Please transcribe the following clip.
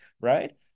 Right